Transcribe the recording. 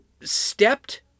stepped